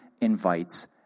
invites